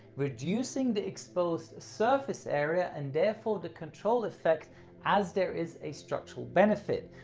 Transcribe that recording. reducing the exposed surface area and therefore the control effects as there is a structural benefit.